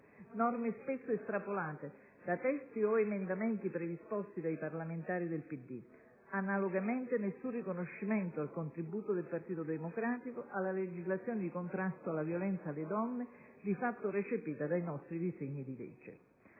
norme spesso estrapolate da testi o emendamenti predisposti da parlamentari del PD. Analogamente, nessun riconoscimento al contributo del PD alla legislazione di contrasto alla violenza alle donne, di fatto recepita dai nostri disegni di legge.